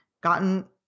gotten